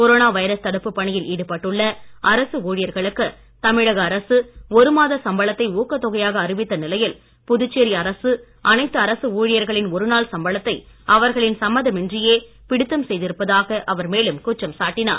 corona virus தடுப்பு பணியில் ஈடுபட்டுள்ள அரசு ஊழியர்களுக்கு தமிழக அரசு ஒருமாத சம்பளத்தை ஊக்கத் தொகையாக அறிவித்த நிலையில் புதுச்சேரி அரசு அனைத்து அரசு ஊழியர்களின் ஒரு நாள் சம்பளத்தை அவர்களின் சம்மதமின்றியே பிடித்தம் செய்திருப்பதாக அவர் மேலும் குற்றம் சாட்டினார்